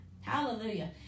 hallelujah